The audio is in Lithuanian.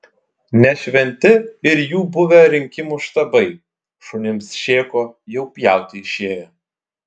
ne šventi ir jų buvę rinkimų štabai šunims šėko jau pjauti išėję